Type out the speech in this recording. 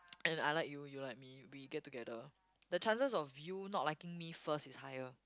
and I like you you like me we get together the chances of you not liking me first is higher